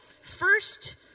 First